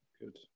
good